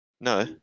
No